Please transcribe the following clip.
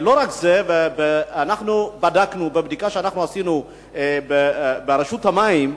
בבדיקה שעשינו ברשות המים,